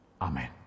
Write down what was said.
Amen